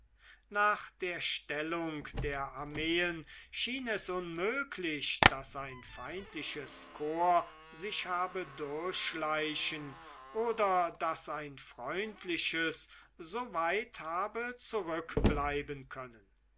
nach der stellung der armeen schien es unmöglich daß ein feindliches korps sich habe durchschleichen oder daß ein freundliches so weit habe zurückbleiben können